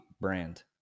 brand